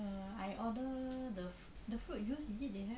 err I order the the fruit juice is it they have